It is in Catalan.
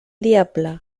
diable